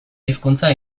hizkuntza